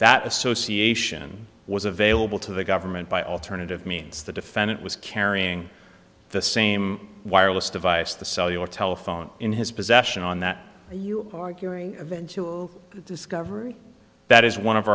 that association was available to the government by alternative means the defendant was carrying the same wireless device the cellular telephone in his possession on that are you arguing eventual discovery that is one of